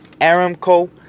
Aramco